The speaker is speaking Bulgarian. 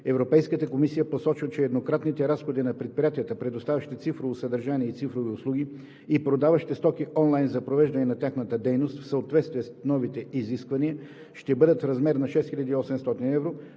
Европейската комисия посочва, че еднократните разходи на предприятията, предоставящи цифрово съдържание и цифрови услуги и продаващи стоки онлайн за привеждане на тяхната дейност в съответствие с новите изисквания, ще бъдат в размер на 6800 евро,